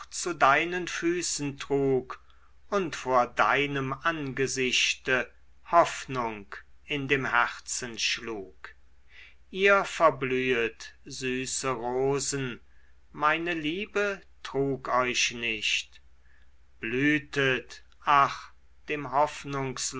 zu deinen füßen trug und vor deinem angesichte hoffnung in dem herzen schlug ihr verblühet süße rosen meine liebe trug euch nicht blühtet ach dem